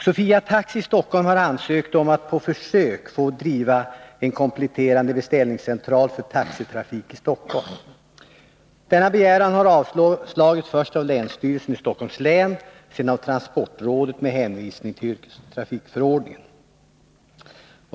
Sofia Taxi AB i Stockholm har ansökt om att på försök få driva en kompletterande beställningscentral för taxitrafik i Stockholm. Denna begäran har avslagits först av länsstyrelsen i Stockholms län och sedan av transportrådet med hänvisning till yrkestrafikförordningen.